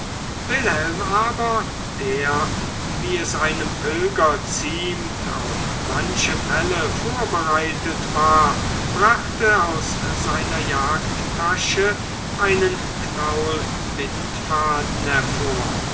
wilhelm aber der wie es einem pilger ziemt auf manche fälle vorbereitet war brachte aus seiner jagdtasche einen knaul bindfaden hervor